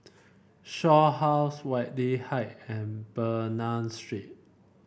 Shaw House Whitley Height and Bernam Street